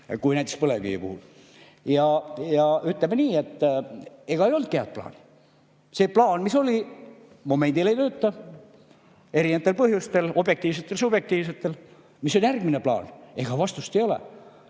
kui näiteks põlevkivi puhul. Ja ütleme nii, et ega ei olnudki head plaani. See plaan, mis oli, momendil ei tööta, erinevatel põhjustel, objektiivsetel-subjektiivsetel. Mis on järgmine plaan? Ega vastust ei ole.